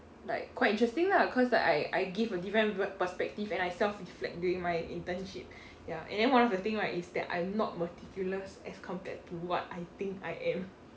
like quite interesting lah cause like I I give a different perspective and I self reflect during my internship ya and then one of the thing right is that I'm not meticulous as compared to what I think I am